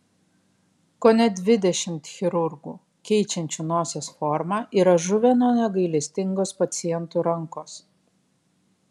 kone dvidešimt chirurgų keičiančių nosies formą yra žuvę nuo negailestingos pacientų rankos